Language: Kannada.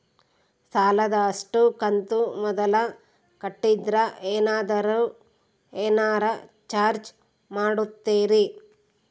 ಸಾಲದ ಅಷ್ಟು ಕಂತು ಮೊದಲ ಕಟ್ಟಿದ್ರ ಏನಾದರೂ ಏನರ ಚಾರ್ಜ್ ಮಾಡುತ್ತೇರಿ?